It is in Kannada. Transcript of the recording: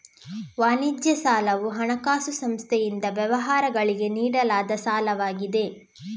ವಾಣಿಜ್ಯ ಸಾಲವು ಹಣಕಾಸು ಸಂಸ್ಥೆಯಿಂದ ವ್ಯವಹಾರಗಳಿಗೆ ನೀಡಲಾದ ಸಾಲವಾಗಿದೆ